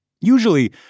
Usually